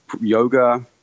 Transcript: yoga